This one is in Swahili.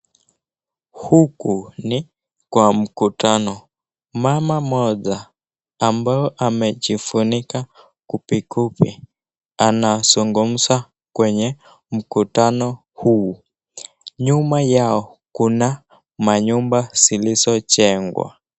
Huku ni kwa mkutano, mama mmoja ambaye amejika gubigubi, anazungumza kwenye mkutano huo, nyuma yao kuna manyumba zilizojengwa.